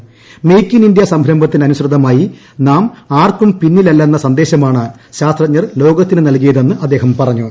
make in India സംരംഭത്തിന് അനുസൃതമായി നാം ആർക്കും പിന്നിലല്ലെന്ന സന്ദേശമാണ് ശാസ്ത്രജ്ഞർ ലോകത്തിന് നൽകിയതെന്ന് അദ്ദേഹം പറഞ്ഞു